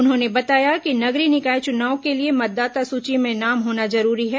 उन्होंने बताया कि नगरीय निकाय चुनाव के लिए मतदाता सूची में नाम होना जरूरी है